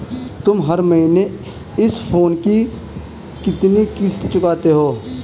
तुम हर महीने इस फोन की कितनी किश्त चुकाते हो?